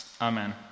Amen